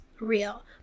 real